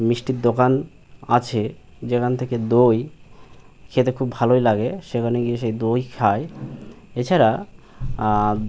মিষ্টির দোকান আছে যেখান থেকে দই খেতে খুব ভালোই লাগে সেখানে গিয়ে সেই দই খায় এছাড়া